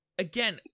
Again